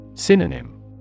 Synonym